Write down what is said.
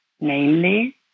namely